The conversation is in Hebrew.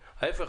ההפך,